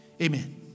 Amen